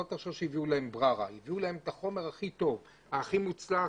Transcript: לא הביאו להם בררה אלא הביאו להם את החומר הכי טוב והכי מוצלח.